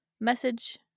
message